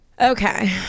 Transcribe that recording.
Okay